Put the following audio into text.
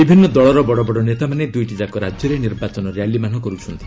ବିଭିନ୍ନ ଦଳର ବଡ଼ବଡ଼ ନେତାମାନେ ଦୂଇଟିଯାକ ରାଜ୍ୟରେ ନିର୍ବାଚନ ର୍ୟାଲିମାନ କର୍ତ୍ଥନ୍ତି